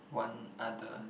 one other